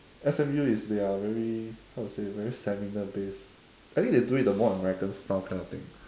S_M_U is they're very how to say very seminar based I think they do it the more american style kind of thing